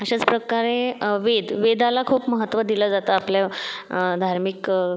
अशाच प्रकारे वेद वेदाला खूप महत्व दिलं जातं आपल्या धार्मिक